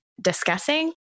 discussing